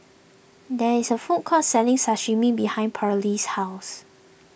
there is a food court selling Sashimi behind Pearley's house